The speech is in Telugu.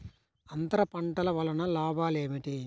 అంతర పంటల వలన లాభాలు ఏమిటి?